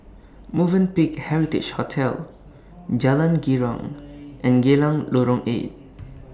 Movenpick Heritage Hotel Jalan Girang and Geylang Lorong eight